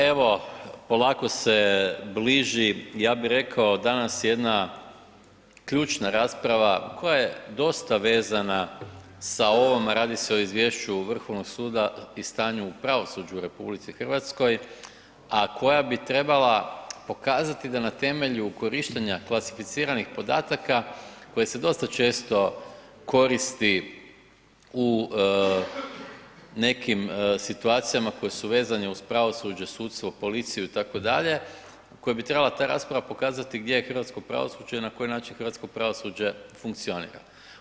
Evo, polako se bliži, ja bi rekao danas jedna ključna rasprava koja je dosta vezana sa ovom, radi se o izvješću Vrhovnog suda i stanju u pravosuđu u RH, a koja bi trebala pokazati da na temelju korištenja klasificiranih podataka koje se dosta često koristi u nekim situacijama koji su vezani uz pravosuđe, sudstvo, policiju itd., koje bi trebala ta rasprava pokazati gdje je hrvatsko pravosuđe, na koji način hrvatsko pravosuđe funkcionira.